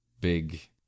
big